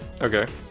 Okay